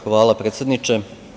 Hvala, predsedniče.